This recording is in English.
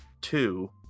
two